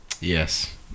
Yes